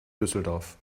düsseldorf